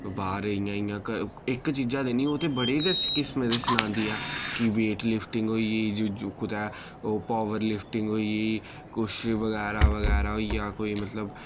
बाह्र इय्यां इय्यां इक चीजा दे नि ओह् ते बड़े गै किस्में सनांदी ऐ कि वेट लिफ्टिंग होई कोई कुतै ओह् पावर लिफ्टिंग कुछ बगैरा बगैरा होइया कोई मतलब